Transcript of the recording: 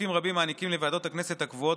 חוקים רבים מעניקים לוועדות הכנסת הקבועות